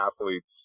athletes